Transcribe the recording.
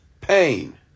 pain